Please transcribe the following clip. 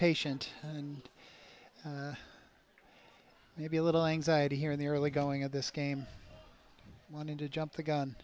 patient and maybe a little anxiety here in the early going of this game wanting to jump the gun